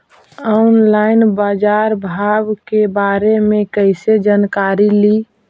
Online बाजार भाव के बारे मे कैसे जानकारी ली?